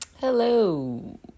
hello